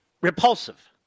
repulsive